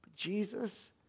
Jesus